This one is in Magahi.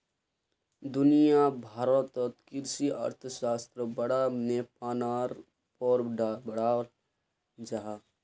दुनिया भारोत कृषि अर्थशाश्त्र बड़ा पैमानार पोर पढ़ाल जहा